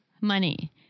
money